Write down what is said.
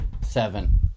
Seven